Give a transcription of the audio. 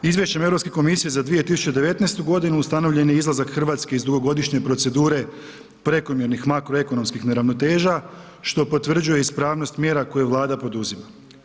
Izvješćem Europske komisije za 2019. ustanovljen je izlazak Hrvatske iz dugogodišnje procedure prekomjernih makroekonomskih neravnoteža što potvrđuje ispravnost mjera koje Vlada poduzima.